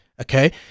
Okay